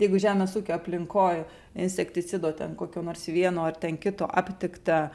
jeigu žemės ūkio aplinkoj insekticido ten kokio nors vieno ar ten kito aptikta